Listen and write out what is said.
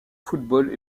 football